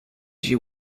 you